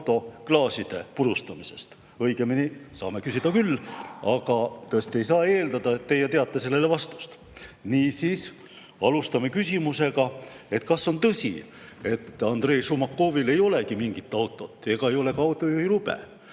auto klaaside purustamises. Õigemini, saame küsida küll, aga ei saa tõesti eeldada, et teie teate sellele vastust. Alustame küsimusega, kas on tõsi, et Andrei Šumakovil ei olegi mingit autot ega ole ka autojuhilube